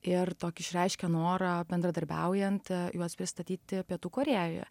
ir tokį išreiškė norą bendradarbiaujant juos pristatyti pietų korėjoje